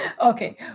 Okay